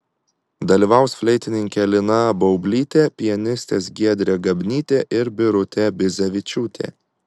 dalyvaus fleitininkė lina baublytė pianistės giedrė gabnytė ir birutė bizevičiūtė